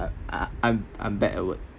uh I'm I'm backward